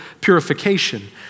purification